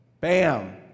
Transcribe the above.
Bam